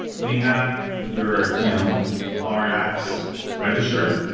when you have your you know ah rex register,